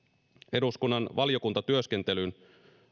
eduskunnan valiokuntatyöskentelyyn